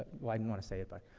well, i didn't want to say it, but.